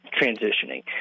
transitioning